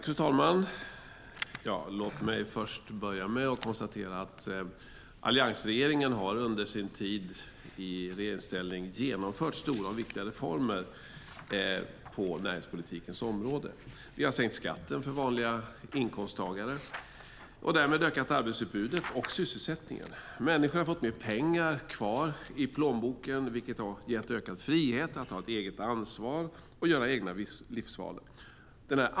Fru talman! Alliansregeringen har under sin tid i regeringsställning genomfört stora och viktiga reformer på näringspolitikens område. Vi har sänkt skatten för vanliga inkomsttagare, och därmed ökat arbetsutbudet och sysselsättningen. Människor har fått mer pengar kvar i plånboken, vilket har gett ökad frihet att ta eget ansvar och göra egna livsval.